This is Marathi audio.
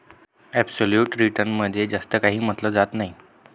ॲप्सोल्यूट रिटर्न मध्ये जास्त काही म्हटलं जात नाही